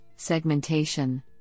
segmentation